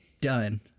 done